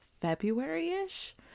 February-ish